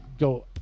Go